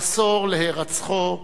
עשור להירצחו,